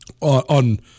On